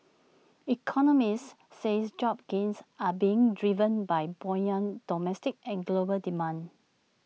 economists says job gains are being driven by buoyant domestic and global demand